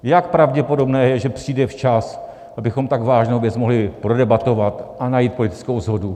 Jak pravděpodobné je, že přijde včas, abychom tak vážnou věc mohli prodebatovat a najít politickou shodu?